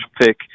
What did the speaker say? pick